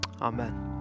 Amen